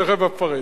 תיכף אפרט.